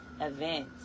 event